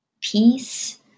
Peace